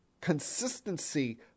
consistency